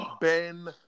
ben